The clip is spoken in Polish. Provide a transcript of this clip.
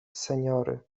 seniory